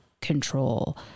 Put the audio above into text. control